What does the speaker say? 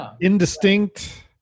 indistinct